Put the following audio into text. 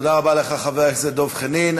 תודה רבה לך, חבר הכנסת דב חנין.